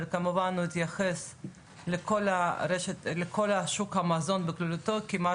אבל כמובן הוא יתייחס לכל שוק המזון בכללותו כי מה